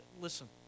Listen